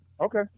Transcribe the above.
Okay